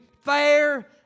fair